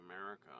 America